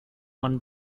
one